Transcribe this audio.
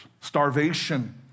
starvation